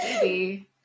baby